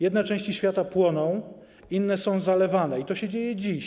Jedne części świata płoną, inne są zalewane i to się dzieje dziś.